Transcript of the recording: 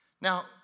Now